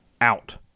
out